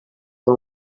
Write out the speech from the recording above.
pas